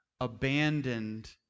abandoned